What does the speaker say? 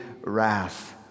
wrath